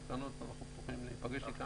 הקטנות, אנחנו פתוחים להיפגש איתן.